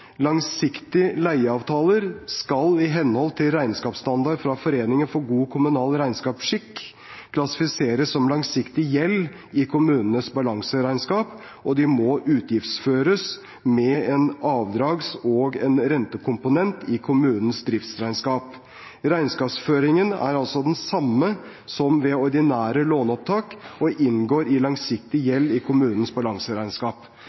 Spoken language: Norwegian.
«Langsiktige leieavtaler skal i henhold til regnskapsstandard fra Foreningen for god kommunal regnskapsskikk klassifiseres som langsiktig gjeld i kommunenes balanseregnskap, og de må utgiftsføres med en avdrags- og en rentekomponent i kommunens driftsregnskap.» Regnskapsføringen er altså den samme som ved ordinære låneopptak, og inngår i langsiktig gjeld i kommunens balanseregnskap.